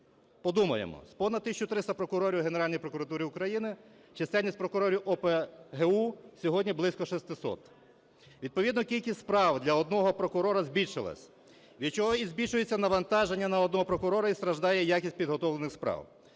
Подумаємо: з-понад 1 тисячі 300 прокурорів Генеральної прокуратури України чисельність прокурорів ОПГУ сьогодні близько 600. Відповідно кількість справ для одного прокурора збільшилась, від чого і збільшується навантаження на одного прокурора і страждає якість підготовлених справ.